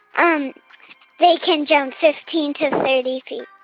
um they can jump fifteen to thirty feet